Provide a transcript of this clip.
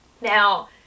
now